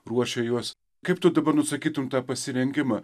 ruošia juos kaip tu dabar nusakytum tą pasirengimą